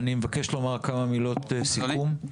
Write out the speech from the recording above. אני מבקש לומר כמה מילות סיכום.